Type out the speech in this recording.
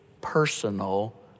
personal